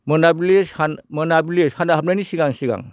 मोनाबिलि सान मोनाबिलि सानहाबनायनि सिगां सिगां